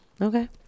Okay